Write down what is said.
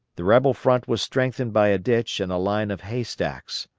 the rebel front was strengthened by a ditch and a line of hay-stacks.